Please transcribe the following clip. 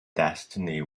destiny